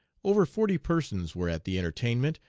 over forty persons were at the entertainment,